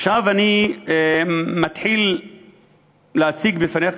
עכשיו אני מתחיל להציג בפניכם,